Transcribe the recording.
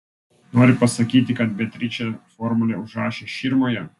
nori pasakyti kad beatričė formulę užrašė širmoje